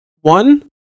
one